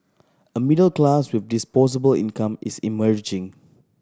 a middle class with disposable income is emerging